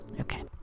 okay